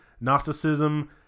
Gnosticism